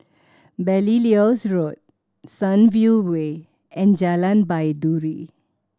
Belilios Road Sunview Way and Jalan Baiduri